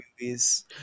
movies